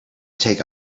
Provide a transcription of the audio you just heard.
take